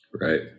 Right